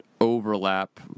overlap